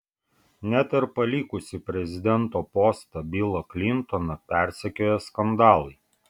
net ir palikusį prezidento postą bilą klintoną persekioja skandalai